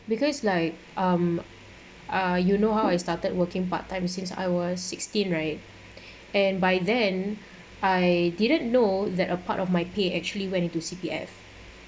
because like um uh you know how I started working part time since I was sixteen right and by then I didn't know that a part of my pay actually went into C_P_F